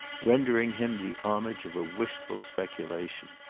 rendering him the homage of a wistful speculation.